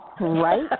right